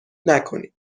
نکنید